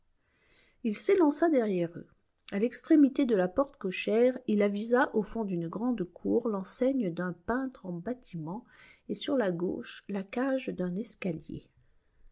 il s'élança derrière eux à l'extrémité de la porte cochère il avisa au fond d'une grande cour l'enseigne d'un peintre en bâtiment et sur la gauche la cage d'un escalier